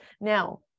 Now